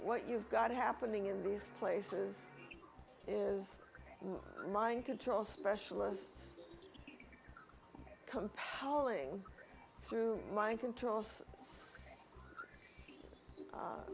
what you've got happening in these places is mind control specialists come calling through mind control